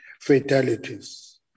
fatalities